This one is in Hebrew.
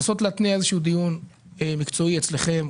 אני מבקש לנסות להתניע דיון מקצועי אצלכם,